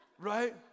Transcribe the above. Right